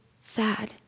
sad